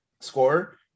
score